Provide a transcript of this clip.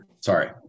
Sorry